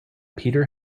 peter